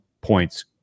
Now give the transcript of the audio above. points